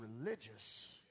religious